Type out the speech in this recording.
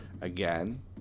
Again